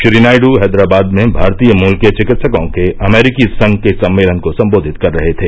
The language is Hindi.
श्री नायडू हैदराबाद में भारतीय मूल के चिकित्सकों के अमरीकी संघ के सम्मेलन को संबोधित कर रहे थे